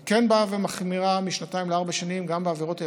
היא כן באה ומחמירה משנתיים לארבע שנים גם בעבירות יותר,